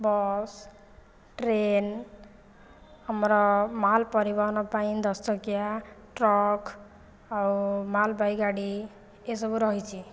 bus train ଆମର ମାଲ୍ ପରିବହନ ପାଇଁ ଦଶ ଚକିଆ ଟ୍ରକ ଆଉ ମାଲ୍ ବାହି ଗାଡ଼ି ଏସବୁ ରହିଛି